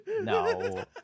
No